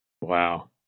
Wow